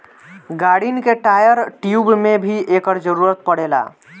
गाड़िन के tyre, tube में भी एकर जरूरत पड़ेला